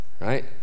right